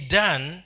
done